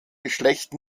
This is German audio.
geschlecht